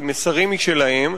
עם מסרים שלהם.